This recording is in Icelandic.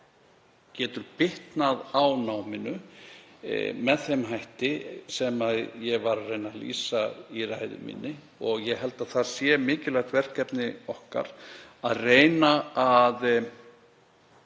getur bitnað á náminu með þeim hætti sem ég var að reyna að lýsa í ræðu minni og ég held að það sé mikilvægt verkefni okkar að reyna að